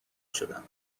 شدم